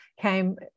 came